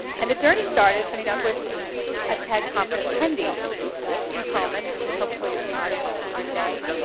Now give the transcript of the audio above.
and the journey started, funny enough, with a ted conference attendee chee pearlman, who hopefully is in the audience somewhere today.